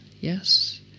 yes